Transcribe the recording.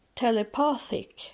telepathic